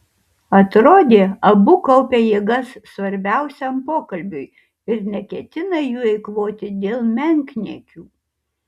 atrodė abu kaupia jėgas svarbiausiam pokalbiui ir neketina jų eikvoti dėl menkniekių